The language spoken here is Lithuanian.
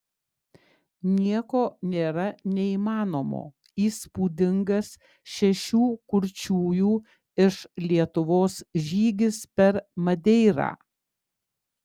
nieko nėra neįmanomo įspūdingas šešių kurčiųjų iš lietuvos žygis per madeirą